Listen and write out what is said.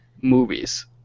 movies